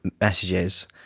messages